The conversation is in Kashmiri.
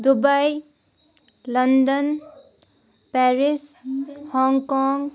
Dubai London Paris Hong Kong